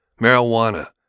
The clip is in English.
Marijuana